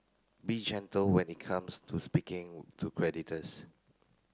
be gentle when it comes to speaking to creditors